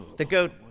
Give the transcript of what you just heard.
the goat.